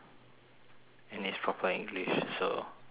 and it's proper english so it is fine